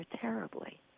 terribly